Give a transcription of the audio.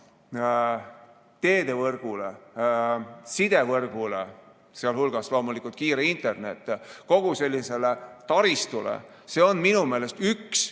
teedevõrgule, sidevõrgule, sealhulgas on loomulikult kiire internet, kogu sellisele taristule. See on minu meelest üks